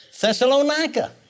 Thessalonica